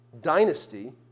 dynasty